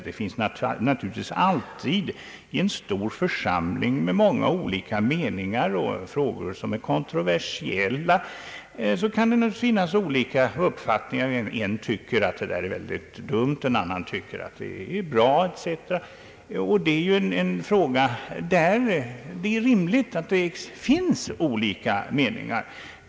I en stor församling där kontroversiella frågor förekommer finns alltid många olika meningar representerade. En delegat tycker att ett förslag är dumt, en annan tycker att förslaget är bra, etc. Vi har här en fråga där det är rimligt att det finns olika meningar.